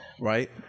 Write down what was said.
Right